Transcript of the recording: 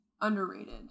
underrated